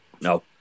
No